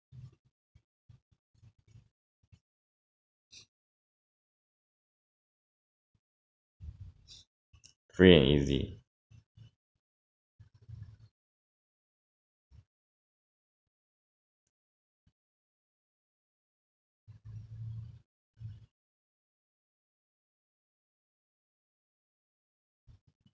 free and easy